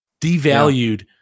devalued